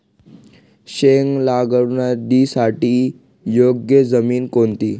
शेंग लागवडीसाठी योग्य जमीन कोणती?